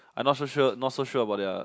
I'm not so sure not so sure about their